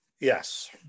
Yes